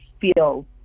feel